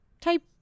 type